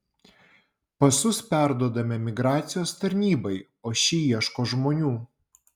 pasus perduodame migracijos tarnybai o ši ieško žmonių